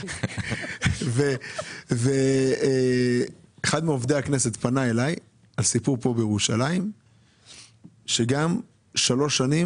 אחד מעובדי הכנסת פנה אלי לגבי ירושלים כי שלוש שנים